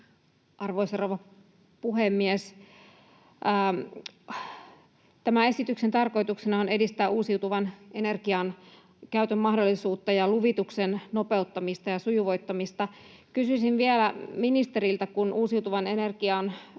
Arvoisa rouva puhemies! Tämän esityksen tarkoituksena on edistää uusiutuvan energian käytön mahdollisuutta ja luvituksen nopeuttamista ja sujuvoittamista. Kysyisin vielä ministeriltä: Kun uusiutuvan energian